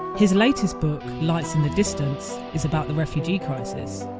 his latest book, lights in the distance, is about the refugee crisis.